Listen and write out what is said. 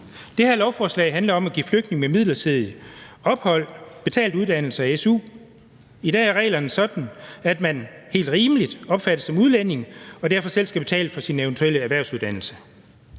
Det her lovforslag handler om at give flygtninge med midlertidigt ophold betalt uddannelse og su. I dag er reglerne sådan, at man helt rimeligt opfattes som udlænding og derfor selv skal betale for sin eventuelle erhvervsuddannelse.